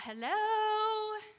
hello